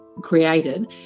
created